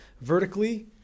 vertically